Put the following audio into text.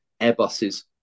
airbus's